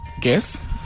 guess